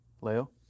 leo